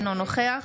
אינו נוכח